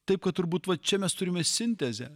taip kad turbūt va čia mes turime sintezę